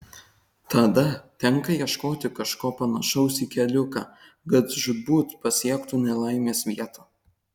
tada tenka ieškoti kažko panašaus į keliuką kad žūtbūt pasiektų nelaimės vietą